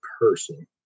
person